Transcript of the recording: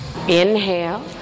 inhale